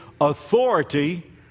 authority